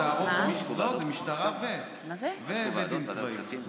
זה משטרה ובית דין צבאי.